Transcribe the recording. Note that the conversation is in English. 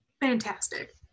fantastic